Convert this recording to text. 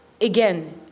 again